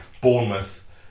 Bournemouth